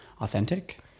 authentic